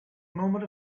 moment